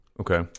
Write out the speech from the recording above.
Okay